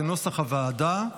כנוסח הוועדה.